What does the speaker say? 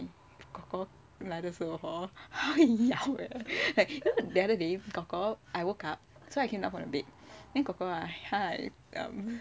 korkor 来的时候 hor 他会咬 eh the other day korkor I woke up so I came up on the bed then korkor 他还 um